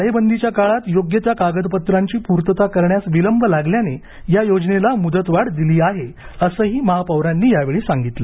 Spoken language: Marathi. टाळेबंदीच्या काळात योग्य त्या कागदपत्रांची पूर्तता करण्यास विलंब लागल्याने या योजनेला मुदतवाढ दिली आहे असंही महापौरांनी यावेळी सांगितलं